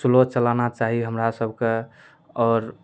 slow चलाना चाही हमरा सबके आओर